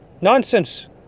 Nonsense